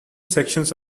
sections